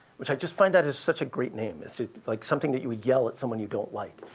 which i just find that is such a great name. it's like something that you would yell at someone you don't like.